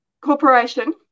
corporation